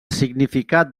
significat